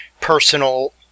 personal